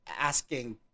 asking